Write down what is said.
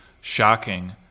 shocking